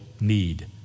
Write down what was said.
need